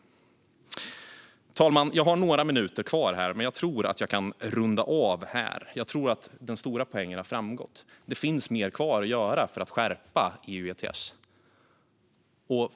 Fru talman! Jag har några minuter kvar på min talartid, men jag tror att jag kan runda av här. Jag tror att den stora poängen har framgått. Det finns mer kvar att göra för att skärpa ETS.